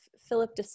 philip